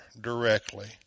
directly